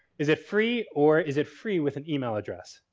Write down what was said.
is it free or is it free with an email address?